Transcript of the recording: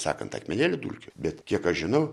sakant akmenėlių dulkių bet kiek aš žinau